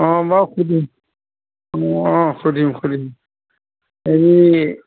অঁ মই সুধিম অঁ সুধিম সুধিম এই